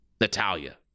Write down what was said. Natalia